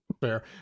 Fair